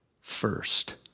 first